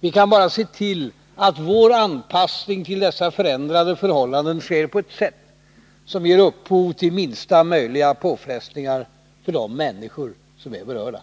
Vi kan bara se till att vår anpassning till dessa förändrade förhållanden sker på ett sätt som ger upphov till minsta möjliga påfrestningar för de människor som är berörda.